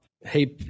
Hey